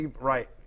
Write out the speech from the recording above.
Right